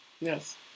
Yes